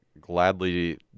gladly